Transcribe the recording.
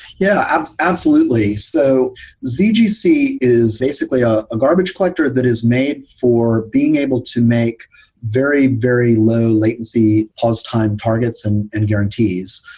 yeah, absolutely. so zgc is basically a garbage collector that is made for being able to make very, very low latency pause time targets and and guarantees.